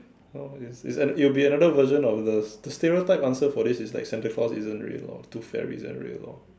oh yes yes it's another it will be another version of the the stereotype answer for this is like Santa Claus isn't real or tooth fairy isn't real lor